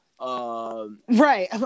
Right